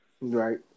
Right